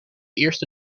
eerste